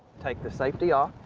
take the safety off.